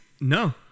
No